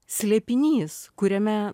slėpinys kuriame